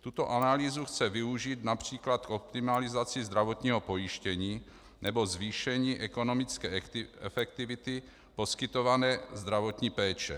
Tuto analýzu chce využít například k optimalizaci zdravotního pojištění nebo zvýšení ekonomické efektivity poskytované zdravotní péče.